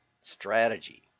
strategy